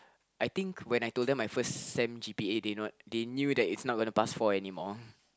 I think when I told them I first sem G_P_A they know they knew that it's not going to pass for anymore